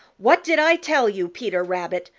what did i tell you, peter rabbit?